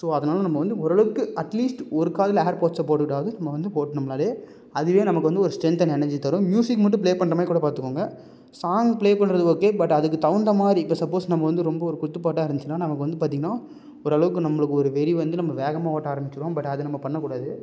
so அதனால் நம்ம வந்து ஓரளவுக்கு அட்லீஸ்ட் ஒரு காதில் ஏர்பாட்ஸை போட்டுகிட்டாவது நம்ம வந்து ஓட்டுனோம்னால் அதுவே நமக்கு வந்து ஒரு ஸ்ட்ரென்த் அண்ட் எனர்ஜி தரும் மியூசிக் மட்டும் ப்ளே பண்ற மாதிரி கூட பார்த்துக்கோங்க சாங் ப்ளே பண்றது ஓகே பட் அதுக்கு தகுந்த மாதிரி இப்போ சப்போஸ் நம்ம வந்து ரொம்ப ஒரு குத்துப்பாட்டாக இருந்துச்சுனால் நமக்கு வந்து பார்த்திங்கனா ஓரளவுக்கு நம்மளுக்கு ஒரு வெறி வந்து நம்ம வேகமாக ஓட்ட ஆரம்மிச்சிருவோம் பட் அதை நம்ம பண்ணக் கூடாது